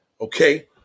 Okay